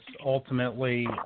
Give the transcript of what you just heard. Ultimately